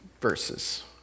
verses